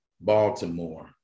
baltimore